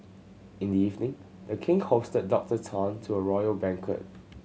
in the evening The King hosted Doctor Tan to a royal banquet